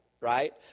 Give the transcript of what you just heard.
right